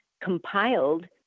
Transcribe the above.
compiled